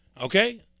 okay